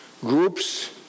groups